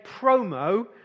promo